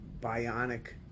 bionic